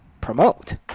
promote